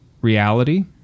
reality